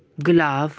ਗਿਲਾਫ਼